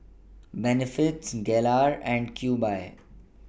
Benefits Gelare and Cube I